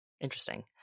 Interesting